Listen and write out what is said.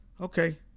Okay